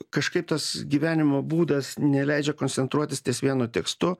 kažkaip tas gyvenimo būdas neleidžia koncentruotis ties vienu tekstu